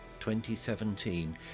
2017